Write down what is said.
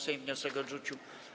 Sejm wniosek odrzucił.